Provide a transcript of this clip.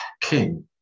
King